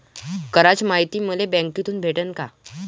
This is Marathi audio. कराच मायती मले बँकेतून भेटन का?